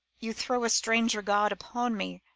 you throw a strange regard upon me,